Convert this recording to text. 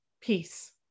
peace